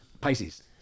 Pisces